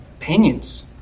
opinions